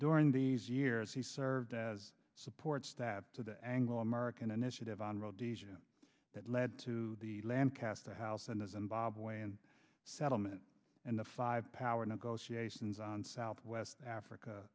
during these years he served as support staff to the anglo american initiative on rhodesia that led to the lancaster house and his and bob wayne settlement and the five power negotiations on south west africa